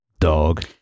dog